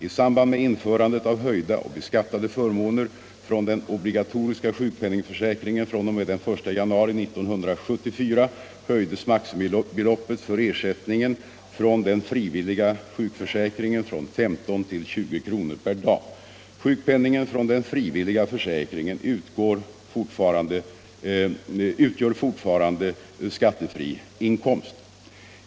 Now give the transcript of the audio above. I samband med införandet av höjda och beskattade förmåner från den obligatoriska sjukpenningförsäkringen fr.o.m. den 1 januari 1974 höjdes maximibeloppet för ersättningen från den frivilliga sjukförsäkringen från 15 kr. till 20 kr. per dag. Sjukpenning från den frivilliga försäkringen utgör fortfarande skattefri inkomst.